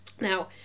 Now